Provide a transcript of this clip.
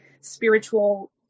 spiritual